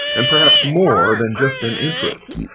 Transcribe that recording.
and perhaps more than just an interest.